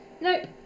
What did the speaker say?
Nope